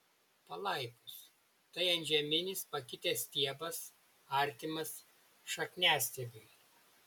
palaipos tai antžeminis pakitęs stiebas artimas šakniastiebiui